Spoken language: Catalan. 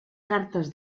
cartes